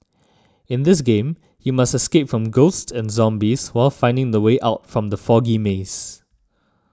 in this game you must escape from ghosts and zombies while finding the way out from the foggy maze